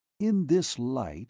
in this light